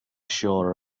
shore